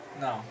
no